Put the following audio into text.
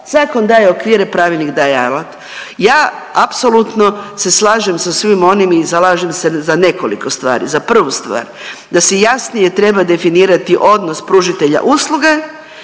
svakom daje okvire, pravilnik da je alat. Ja apsolutno se slažem sa svim onim i zalažem se za nekoliko stvari. Za prvu stvar, da se jasnije treba definirati odnos pružatelja usluga,